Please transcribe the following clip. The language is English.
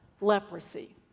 leprosy